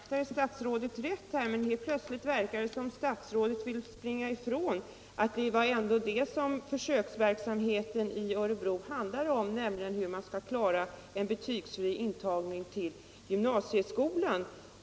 Herr talman! Jag vet inte om jag hörde rätt. men helt plötsligt verkar det som om statsrådet vill springa ifrån fakta. Det var ju ändå detta försöksverksamheten i Örebro handlade om — hur man skall klara en betygsfri intagning till gymnasieskolan.